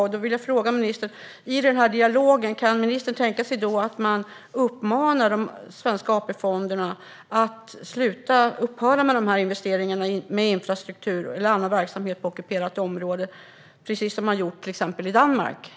Jag vill därför fråga ministern om han i denna dialog kan tänka sig att man uppmanar de svenska AP-fonderna att upphöra med investeringarna i infrastruktur eller annan verksamhet på ockuperat område precis som har gjorts i till exempel Danmark.